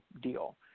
deal